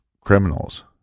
criminals